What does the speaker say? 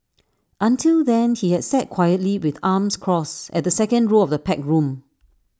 until then he had sat quietly with arms crossed at the second row of the packed room